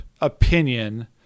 opinion